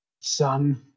son